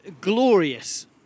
glorious